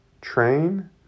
train